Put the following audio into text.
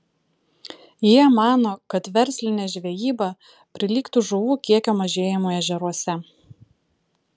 jie mano kad verslinė žvejyba prilygtų žuvų kiekio mažėjimui ežeruose